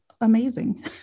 amazing